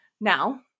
Now